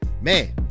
Man